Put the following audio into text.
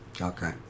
Okay